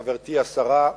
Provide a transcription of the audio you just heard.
חברתי השרה,